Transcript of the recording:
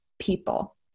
people